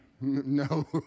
No